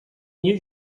new